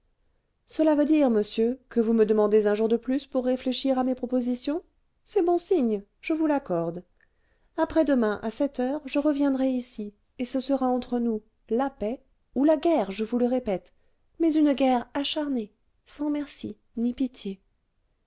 cela veut dire monsieur que vous me demandez un jour de plus pour réfléchir à mes propositions c'est bon signe je vous l'accorde après-demain à cette heure je reviendrai ici et ce sera entre nous la paix ou la guerre je vous le répète mais une guerre acharnée sans merci ni pitié